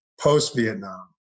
post-Vietnam